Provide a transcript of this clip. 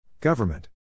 Government